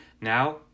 Now